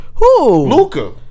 Luca